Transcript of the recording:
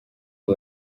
ubu